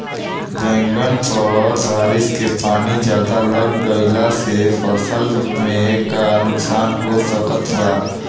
बैंगन पर बारिश के पानी ज्यादा लग गईला से फसल में का नुकसान हो सकत बा?